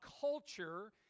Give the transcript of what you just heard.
culture